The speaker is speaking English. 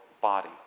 body